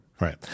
Right